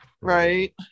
Right